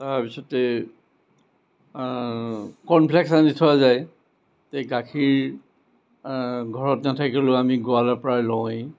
তৰপিছতে corn flakes আনি থোৱা যায় তে গাখীৰ ঘৰত নাথাকিলেও আমি গোৱালৰপৰা লওঁৱেই